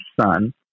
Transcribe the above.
son